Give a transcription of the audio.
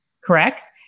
correct